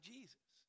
Jesus